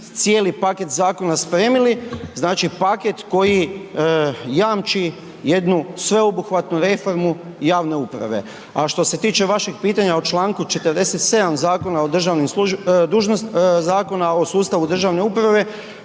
cijeli paket zakona spremili, znači paket koji jamči jednu sveobuhvatnu reformu javne uprave. A što se tiče vašeg pitanja o Članku 47. Zakona od državnim